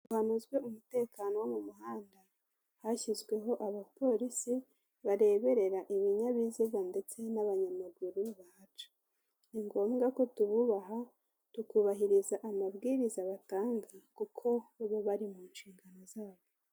Hanozwe umutekano wo mu muhanda hashyizweho abapolisi bareberera ibinyabiziga ndetse n'abanyamaguru bahaca, ni ngombwa ko tububaha tukubahiriza amabwiriza batanga kuko baba bari mu nshingano zabo.